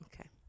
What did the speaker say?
Okay